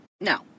no